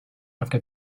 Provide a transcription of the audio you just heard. after